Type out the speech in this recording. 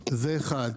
זה אחד.